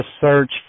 search